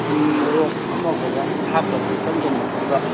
ꯊꯨꯝ ꯃꯔꯣꯛ ꯑꯃ ꯐꯥꯎꯕ ꯍꯥꯞꯇꯕꯤꯗ ꯏꯆꯝ ꯆꯝꯅ ꯐꯨꯠꯄ